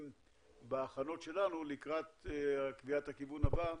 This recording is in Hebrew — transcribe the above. בהכנות שלנו לקראת קביעת הכיוון הבא.